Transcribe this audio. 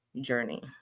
journey